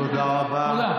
תודה רבה.